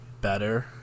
better